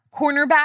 cornerback